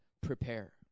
prepare